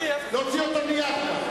להוציא אותו מייד.